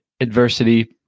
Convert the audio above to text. adversity